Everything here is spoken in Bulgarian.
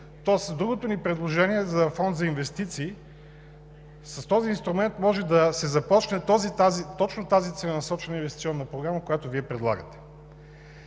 то с другото ни предложение за Фонд за инвестиции, с този инструмент може да се започне точно тази целенасочена инвестиционна програма, която Вие предлагате.